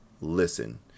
listen